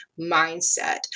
mindset